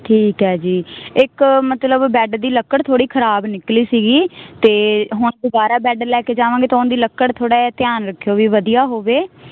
ਠੀਕ ਹੈ ਜੀ ਇੱਕ ਮਤਲਬ ਬੈੱਡ ਦੀ ਲੱਕੜ ਥੋੜ੍ਹੀ ਖ਼ਰਾਬ ਨਿੱਕਲੀ ਸੀਗੀ ਅਤੇ ਹੁਣ ਦੁਬਾਰਾ ਬੈੱਡ ਲੈ ਕੇ ਜਾਵਾਂਗੇ ਤਾਂ ਉਹਦੀ ਲੱਕੜ ਥੋੜ੍ਹਾ ਜਿਹਾ ਧਿਆਨ ਰੱਖਿਓ ਵੀ ਵਧੀਆ ਹੋਵੇ